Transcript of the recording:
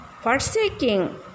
forsaking